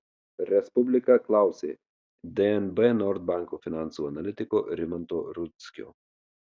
respublika klausė dnb nord banko finansų analitiko rimanto rudzkio